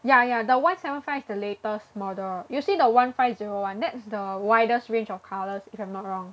ya ya the one seven five is the latest model usually the one five zero [one] that's the widest range of colours if I'm not wrong